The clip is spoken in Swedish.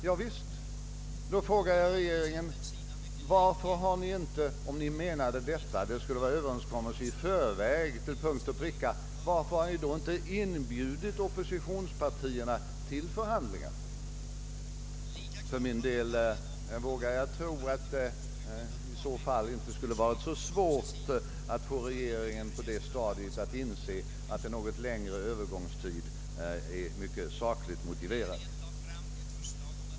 Ja visst, men jag frågar då regeringens företrädare varför ni inte, om ni menade att det i förväg skulle träffas en överenskommelse på varje punkt, har inbjudit oppositionspartierna till förhandlingar? Jag vågar tro att det i så fall inte skulle varit så svårt att på det stadiet få regeringen att inse att en något längre övergångstid sakligt sett är synnerligen välmotiverad.